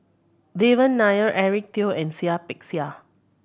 Devan Nair Eric Teo and Seah Peck Seah